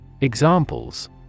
Examples